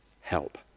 help